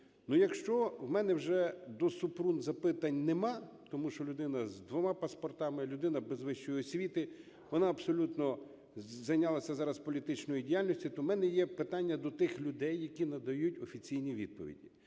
якщо у мене вже до Супрун запитань нема, тому що людина з двома паспортами, людина без вищої освіти, вона абсолютно зайнялась зараз політичною діяльністю, то у мене є питання до тих людей, які надають офіційні відповіді.